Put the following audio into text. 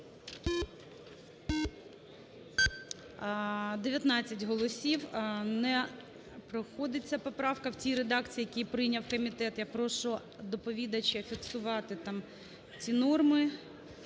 19 голосів, не проходить ця поправка в тій редакції, яку прийняв комітет. Я прошу доповідача фіксувати ті норми,